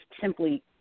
simply